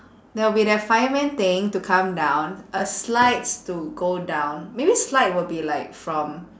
there will be that fireman thing to come down a slides to go down maybe slide will be like from